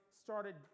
started